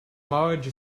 marge